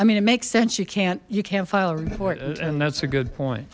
i mean it makes sense you can't you can't file a report and that's a good point